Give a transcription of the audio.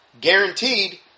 guaranteed